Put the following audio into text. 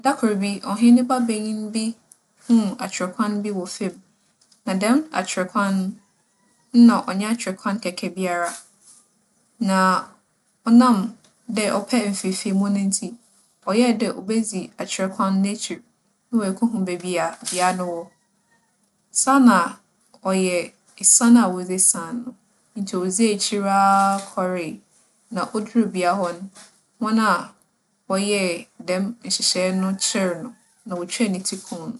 Da kor bi, ͻhen ne ba banyin bi hun akyerɛkwan bi wͻ famu. Na dɛm akyerɛkwan no, nna ͻnnyɛ akyerɛkwan kɛkɛ biara. Na ͻnam dɛ ͻpɛ mfeefeemu no ntsi, ͻyɛe dɛ obedzi akyerɛkwan no n'ekyir na oeekohu beebi a dua no wͻ. Saa na ͻyɛ esian a wͻdze esian no. Ntsi odzii ekyir ara kͻree, na odur bea hͻ no, hͻn wͻyɛɛ dɛm nhyehyɛɛ no kyeer no na wotwaa ne tsir kum no.